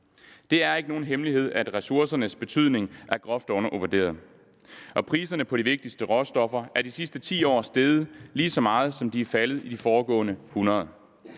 Det er ikke nogen hemmelighed, at ressourcernes betydning er groft undervurderet. Priserne på de vigtigste råstoffer er i de sidste 10 år steget lige så meget, som de er faldet i de foregående 100